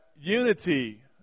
unity